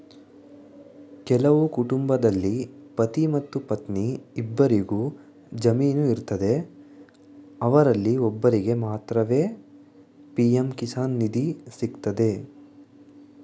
ಕೆಲವು ಕುಟುಂಬದಲ್ಲಿ ಪತಿ ಮತ್ತು ಪತ್ನಿ ಇಬ್ಬರಿಗು ಜಮೀನು ಇರ್ತದೆ ಅವರಲ್ಲಿ ಒಬ್ಬರಿಗೆ ಮಾತ್ರವೇ ಪಿ.ಎಂ ಕಿಸಾನ್ ನಿಧಿ ಸಿಗ್ತದೆ